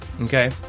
Okay